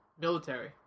military